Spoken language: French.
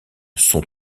sont